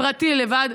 פרטי, לבד,